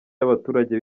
y’abaturage